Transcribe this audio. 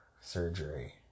surgery